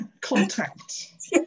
contact